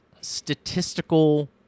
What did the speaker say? statistical